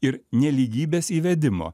ir nelygybės įvedimo